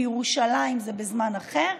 בירושלים זה בזמן אחר,